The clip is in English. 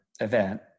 event